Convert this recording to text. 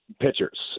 pitchers